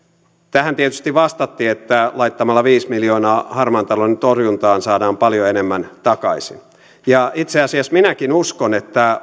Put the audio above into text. tähän tietysti vastattiin että laittamalla viisi miljoonaa harmaan talouden torjuntaan saadaan paljon enemmän takaisin itse asiassa minäkin uskon että